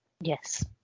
Yes